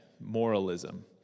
Moralism